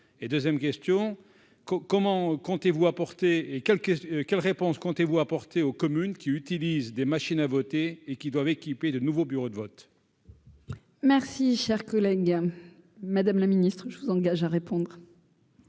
et quelques quelles réponses comptez-vous apporter aux communes qui utilisent des machines à voter et qui doivent équiper de nouveaux bureaux de vote. Merci, cher collègue, Madame la Ministre, je vous engage à répondre.